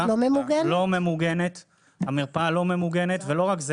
לא רק זה